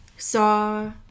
Saw